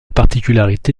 particularité